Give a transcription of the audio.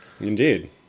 Indeed